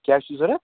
کیٚاہ چھُو ضوٚرتھ